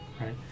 Right